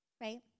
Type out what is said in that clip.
right